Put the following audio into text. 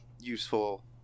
useful